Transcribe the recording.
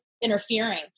interfering